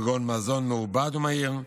כגון מזון מעובד ומהיר,